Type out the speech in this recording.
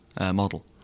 model